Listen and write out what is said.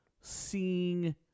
seeing